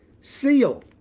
seal